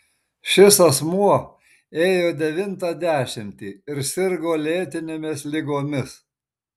šis asmuo ėjo devintą dešimtį ir sirgo lėtinėmis ligomis